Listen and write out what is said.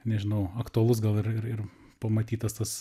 nežinau aktualus gal ir ir ir pamatytas tas